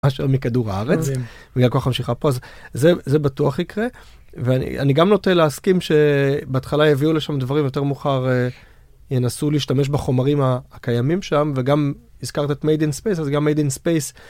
משהו מכדור הארץ, בגלל כח המשיכה פה, זה בטוח יקרה, ואני גם נוטה להסכים שבהתחלה יביאו לשם דברים, יותר מאוחר ינסו להשתמש בחומרים הקיימים שם, וגם הזכרת את Made in Space, אז גם Made in Space.